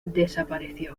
desapareció